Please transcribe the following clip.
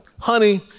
Honey